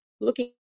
looking